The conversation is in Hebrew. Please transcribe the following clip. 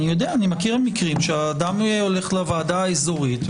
אני מכיר מקרים שבהם אדם הולך לוועדה האזורית,